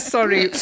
Sorry